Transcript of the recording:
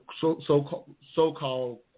so-called